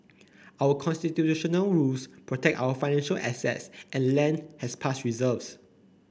our Constitutional rules protect our financial assets and land has past reserves